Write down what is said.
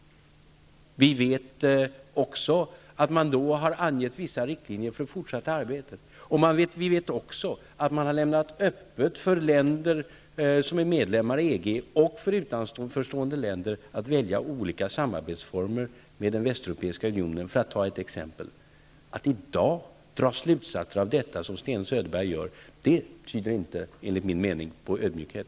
Vi vet också att det då har framkommit vissa riktlinjer för fortsatt arbete. Vi vet också att det är öppet för länder som är medlemmar i EG, och för utomstående länder, att välja olika samarbetsformer med den Västeuropeiska unionen. Att i dag dra slutsatser av detta, såsom Sten Söderberg gör, tyder enligt min mening inte på ödmjukhet.